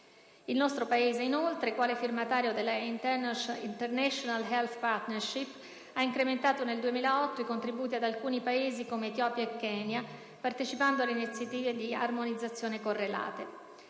Il nostro Paese, inoltre, quale firmatario della «*International Health Partnership*» ha incrementato nel 2008 i contributi ad alcuni Paesi (come Etiopia e Kenya), partecipando alle iniziative di armonizzazione correlate.